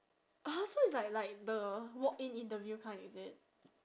oh so it's like like the walk in interview kind is it